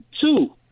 Two